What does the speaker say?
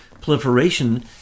proliferation